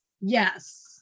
Yes